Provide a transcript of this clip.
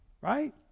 right